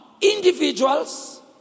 individuals